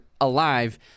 alive